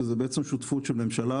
שזה שותפות של ממשלה,